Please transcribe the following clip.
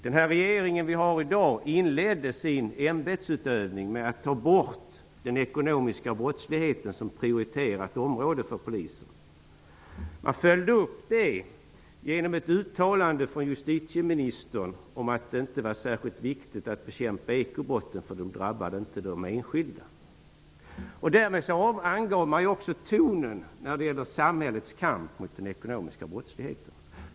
Den regering som vi har i dag inledde sin ämbetsutövning med att ta bort kampen mot den ekonomiska brottsligheten som ett prioriterat område för Polisen. Man följde upp det genom ett uttalande från justitieministern om att det inte var särskilt viktigt att bekämpa ekobrotten därför att de inte drabbar de enskilda. Därmed angav man också tonen för samhällets kamp mot den ekonomiska brottsligheten.